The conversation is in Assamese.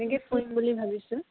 এনেকে ফুৰিম বুলি ভাবিছোঁ